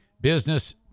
business